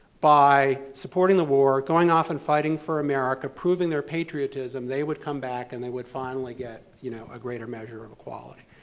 by supporting the war, going off and fighting for america, proving their patriotism, they would come back and they would finally get you know a greater measure of equality.